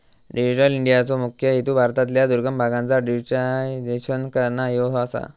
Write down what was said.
digital इंडियाचो मुख्य हेतू भारतातल्या दुर्गम भागांचा डिजिटायझेशन करना ह्यो आसा